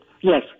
Yes